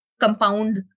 compound